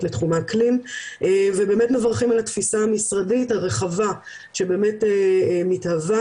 לתחום האקלים ובאמת מברכים על התפיסה המשרדית הרחבה שבאמת מתהווה,